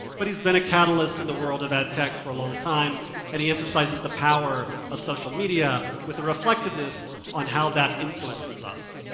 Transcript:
but he's been a catalyst in the world of ad-tech for a long time and he emphasizes the power of social media with a reflectiveness on how that influences us.